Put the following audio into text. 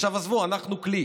עכשיו, עזבו, אנחנו כלי.